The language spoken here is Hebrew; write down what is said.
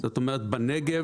זאת אומרת בנגב,